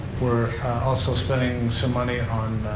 we're also spending some money on,